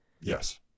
Yes